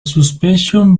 suspension